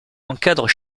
encadrent